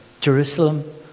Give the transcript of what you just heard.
Jerusalem